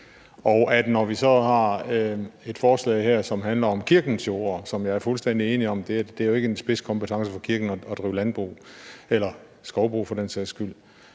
og når vi så har et forslag her, som handler om kirkens jorder, hvor jeg er fuldstændig enig i, at det ikke er en spidskompetence for kirken at drive landbrug eller skovbrug for den sags skyld,